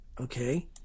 Okay